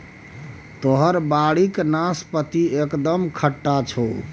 तोहर बाड़ीक नाशपाती एकदम खट्टा छौ